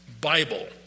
Bible